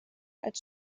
als